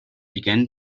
began